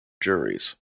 juries